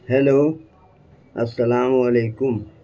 hello السلام علیکم